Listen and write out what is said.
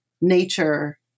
nature